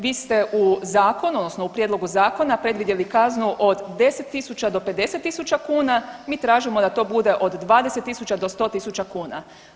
Vi ste u zakon odnosno u prijedlogu zakona predvidjeli kaznu od 10.000 do 50.000 kuna, mi tražimo da to bude od 20.000 do 100.000 kuna.